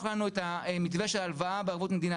לנו את המתווה של הלוואה בערבות מדינה.